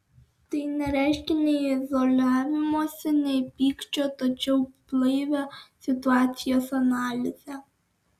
tai nereiškia nei izoliavimosi nei pykčio tačiau blaivią situacijos analizę